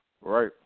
right